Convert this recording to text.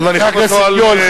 אז מניחים אותו על,